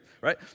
right